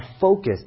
focused